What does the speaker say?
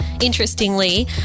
Interestingly